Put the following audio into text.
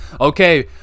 Okay